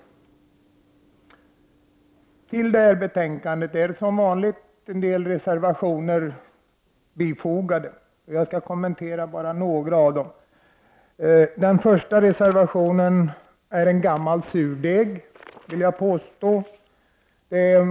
Till betänkandet är som vanligt fogade en del reservationer. Jag skall kommentera bara några av dessa. Jag vill karakterisera den första reservationen som en gammal surdeg.